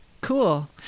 Cool